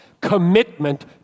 commitment